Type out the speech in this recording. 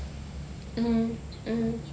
mm mm